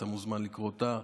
אתה מוזמן לקרוא אותה.